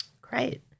Great